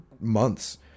months